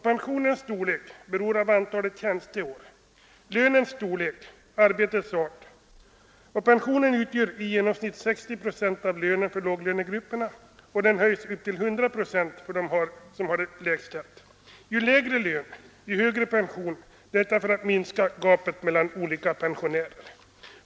Pensionens storlek beror av antalet tjänsteår, lönens storlek och arbetets art, och pensionen utgör i genomsnitt 60 procent av lönen, för låglönegrupper upp till 100 procent. Ju lägre lön en människa har desto högre pensionsprocent får hon — detta för att minska gapet mellan olika pensionärer.